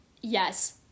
yes